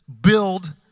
build